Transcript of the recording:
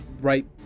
right